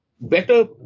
better